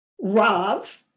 Rav